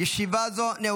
ותוסר